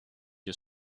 you